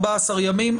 ימים.